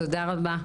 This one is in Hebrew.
תודה רבה.